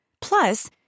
Plus